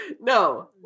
No